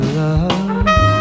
love